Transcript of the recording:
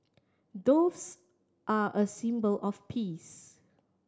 doves are a symbol of peace